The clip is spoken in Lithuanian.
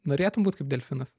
norėtum būt kaip delfinas